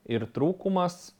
ir trūkumas